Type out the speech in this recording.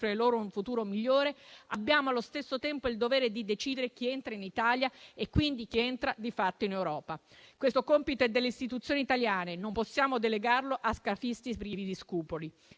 loro un futuro migliore, abbiamo, allo stesso tempo, il dovere di decidere chi entra in Italia e quindi chi entra, di fatto, in Europa. Questo compito è delle istituzioni italiane e non possiamo delegarlo a scafisti privi di scrupoli.